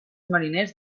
mariners